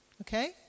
Okay